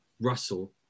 Russell